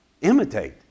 imitate